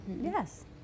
Yes